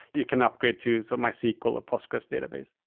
you can upgrade to so mysql or postgres database.